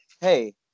hey